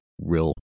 real